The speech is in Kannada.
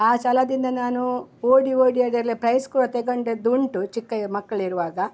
ಆ ಛಲದಿಂದ ನಾನು ಓಡಿ ಓಡಿ ಅದರಲ್ಲಿ ಪ್ರೈಸ್ ಕೂಡ ತೆಗೊಂಡಿದ್ದುಂಟು ಚಿಕ್ಕ ಯ ಮಕ್ಕಳಿರುವಾಗ